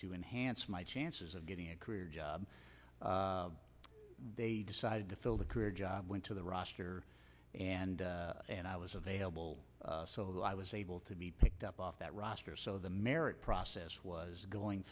to enhance my chances of getting a career job they decided to fill the career job went to the roster and i was available so i was able to be picked up off that roster so the merit process was going